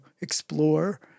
explore